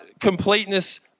completeness